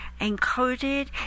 encoded